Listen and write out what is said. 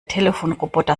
telefonroboter